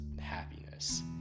happiness